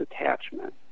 attachment